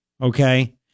Okay